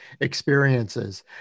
experiences